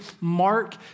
mark